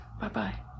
Bye-bye